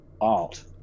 art